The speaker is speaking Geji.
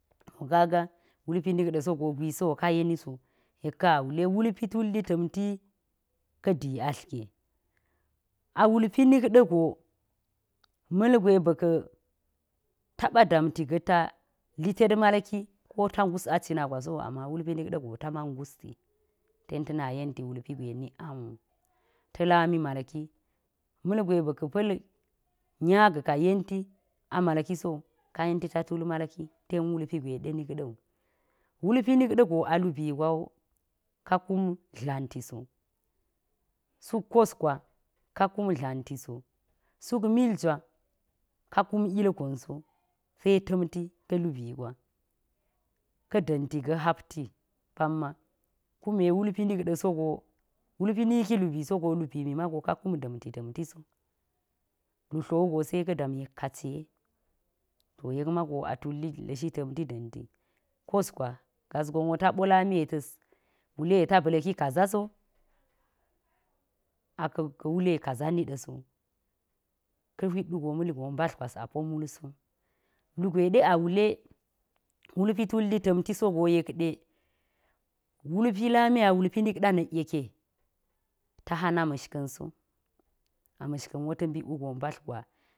To kaga̱ wulpi nik ɗasogo ka yeni so yek ka̱n awule wulpi tulli ta̱mtika̱ dlattige. A wulpi nik ɗago ma̱lgwe ba̱ka̱ ta taba damri ga̱ ta tulmalki, ki ata ngus a cina gwasi ama wulpi nik ɗa̱go ta man ngwati tenta na yenti wulpi gwe nik anwu talani malki malgwe ba̱ka pa̱l nya ga̱ ka yen ti amalkisowu ka yenti ta tul malki ten wulpi gwede nik ɗa̱ wu. Wuppi nik da̱ gu alubi gwawo ka kum dlantiso, suk kas gwa, ka kum dlamti so, suk milgwa ka kun ilgonso se ta̱mti ka lebi gwa, ka̱ da̱nti ga hapti pama kuma wulpi nik ɗa̱ so walpi niki so lubi mi maga ka kum da̱nti tamti so, lutlowugo se ka dam yak kaciye. To yek mawa atulli la̱shi tamti da̱nti kuso gonwo labo lamiye tas wule tapo ba̱lki kaza so aka wule kazo niɗa sa ka hwit duge mali gonwo mbetl gwas a ho multo. Lugwe daawale wulpi tulli tamtisogo yek ɗe wupi lami, awulpi nikɗa yeke ta haha ma̱shka̱nso a mashka̱nwo ta̱ mbita wugo mbath grera.